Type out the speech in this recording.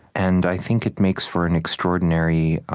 and i think it makes for an extraordinary